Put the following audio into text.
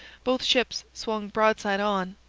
both ships swung broadside on,